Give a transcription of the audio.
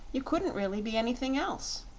you couldn't really be anything else.